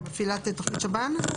כמפעילת תוכנית שב"ן?